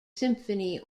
symphony